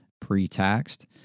pre-taxed